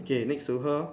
okay next to her